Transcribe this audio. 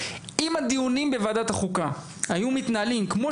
אם הדיונים בוועדת החוקה היו מתנהלים באופן